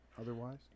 otherwise